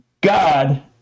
God